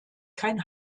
kein